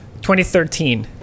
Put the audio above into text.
2013